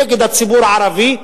נגד הציבור הערבי.